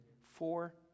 four